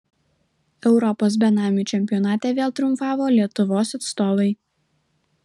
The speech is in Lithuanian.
europos benamių čempionate vėl triumfavo lietuvos atstovai